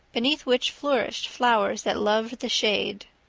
beneath which flourished flowers that loved the shade.